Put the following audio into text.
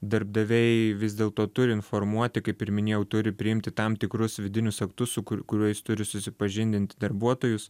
darbdaviai vis dėlto turi informuoti kaip ir minėjau turi priimti tam tikrus vidinius aktus su kuriais turi supažindint darbuotojus